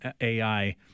AI